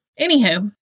Anywho